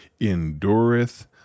endureth